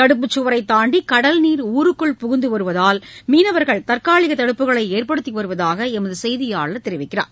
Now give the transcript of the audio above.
தடுப்புச் சுவரைத் தாண்டி கடல்நீர் ஊருக்குள் புகுந்து வருவதால் மீனவர்கள் தற்காலிக தடுப்புகளை ஏற்படுத்தி வருவதாக எமது செய்தியாளர் தெரிவிக்கிறார்